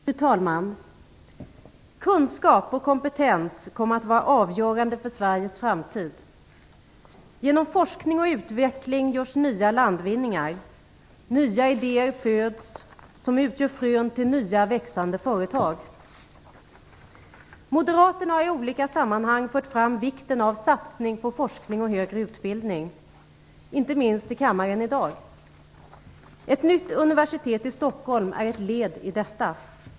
Fru talman! Kunskap och kompetens kommer att vara avgörande för Sveriges framtid. Genom forskning och utveckling görs nya landvinningar, nya idéer föds som utgör frön till nya växande företag. Moderaterna har i olika sammanhang betonat vikten av satsning på forskning och högre utbildning, inte minst i kammaren i dag. Ett nytt universitet i Stockholm är ett led i detta.